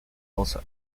also